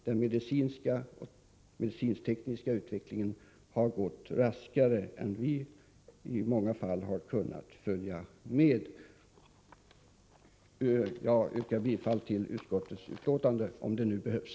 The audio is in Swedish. Den medicinsk-tekniska utvecklingen har gått så raskt att vi i många fall inte kunnat följa med. Jag yrkar bifall till utskottets hemställan, om det nu behövs.